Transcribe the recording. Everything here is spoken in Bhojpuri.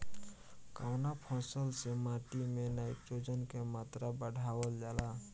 कवना फसल से माटी में नाइट्रोजन के मात्रा बढ़ावल जाला?